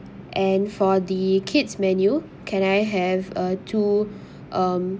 and for the kids menu can I have uh two um